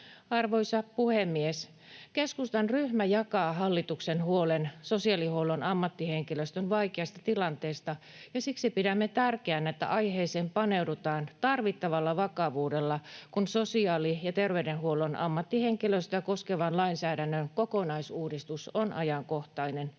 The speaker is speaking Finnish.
Arvoisa puhemies! Keskustan ryhmä jakaa hallituksen huolen sosiaalihuollon ammattihenkilöstön vaikeasta tilanteesta, ja siksi pidämme tärkeänä, että aiheeseen paneudutaan tarvittavalla vakavuudella, kun sosiaali- ja terveydenhuollon ammattihenkilöstöä koskevan lainsäädännön kokonaisuudistus on ajankohtainen.